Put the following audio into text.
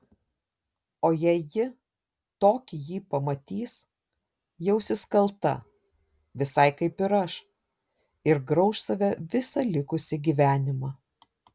o jei ji tokį jį pamatys jausis kalta visai kaip ir aš ir grauš save visą likusį gyvenimą